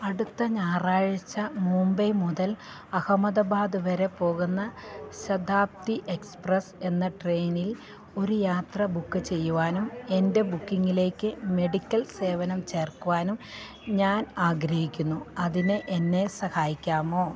അടുത്ത ഞായറാഴ്ച മുംബൈ മുതൽ അഹമ്മദാബാദ് വരെ പോകുന്ന ശതാബ്ദി എക്സ്പ്രസ്സ് എന്ന ട്രെയിനിൽ ഒരു യാത്ര ബുക്ക് ചെയ്യുവാനും എൻ്റെ ബുക്കിംഗിലേക്ക് മെഡിക്കൽ സേവനം ചേർക്കുവാനും ഞാൻ ആഗ്രഹിക്കുന്നു അതിന് എന്നെ സഹായിക്കാമോ